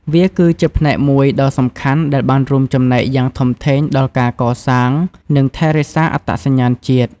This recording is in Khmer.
វាគឺជាផ្នែកមួយដ៏សំខាន់ដែលបានរួមចំណែកយ៉ាងធំធេងដល់ការកសាង និងថែរក្សាអត្តសញ្ញាណជាតិ។